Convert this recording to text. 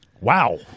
Wow